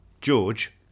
George